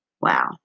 Wow